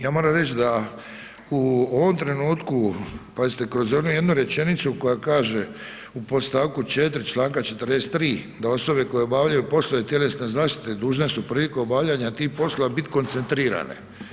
Ja moram reći da u ovom trenutku, pazite, kroz onu jednu rečenicu koja kaže, u podstavku 4. čl. 43, da osobe koje obavljaju poslove tjelesne zaštite dužne su prilikom obavljanja tih poslova biti koncentrirane.